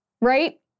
right